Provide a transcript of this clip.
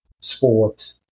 sport